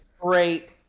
Great